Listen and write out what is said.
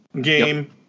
game